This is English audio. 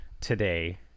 today